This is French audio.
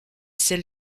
celle